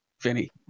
Vinny